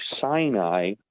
Sinai